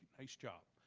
nice job.